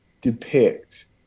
depict